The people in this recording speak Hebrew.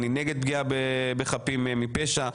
אני נגד פגיעה בחפים מפשע.